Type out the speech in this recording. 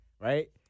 right